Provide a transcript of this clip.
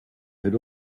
had